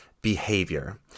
behavior